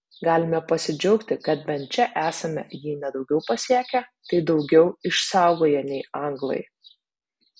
galime pasidžiaugti kad bent čia esame jei ne daugiau pasiekę tai daugiau išsaugoję nei anglai